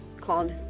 called